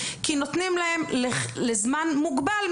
כי נותנים להם לזמן מוגבל.